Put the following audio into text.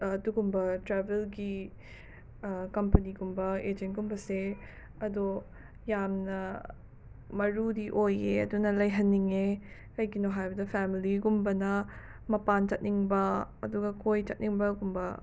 ꯑꯗꯨꯒꯨꯝꯕ ꯇ꯭ꯔꯥꯏꯕꯦꯜꯒꯤ ꯀꯝꯄꯅꯤꯒꯨꯝꯕ ꯑꯦꯖꯦꯟꯀꯨꯝꯕꯁꯦ ꯑꯗꯣ ꯌꯥꯝꯅ ꯃꯔꯨꯗꯤ ꯑꯣꯏꯌꯦ ꯑꯗꯨꯅ ꯂꯩꯍꯟꯅꯤꯡꯉꯦ ꯀꯩꯒꯤꯅꯣ ꯍꯥꯏꯕꯗ ꯐꯦꯃꯤꯂꯤꯒꯨꯝꯕꯅ ꯃꯄꯥꯟ ꯆꯠꯅꯤꯡꯕ ꯑꯗꯨꯒ ꯀꯣꯏ ꯆꯠꯅꯤꯡꯕꯒꯨꯝꯕ